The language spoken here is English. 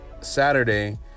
Saturday